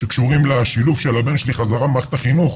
שקשורים לשילוב של הבן שלי חזרה במערכת החינוך.